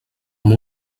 amb